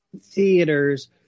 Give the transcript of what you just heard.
theaters